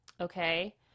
Okay